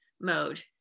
mode